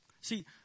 See